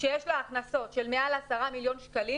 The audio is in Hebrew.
שיש לה הכנסות של מעל 10 מיליון שקלים,